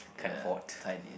ya tight is